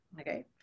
okay